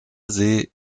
see